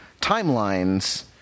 timelines